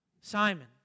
Simon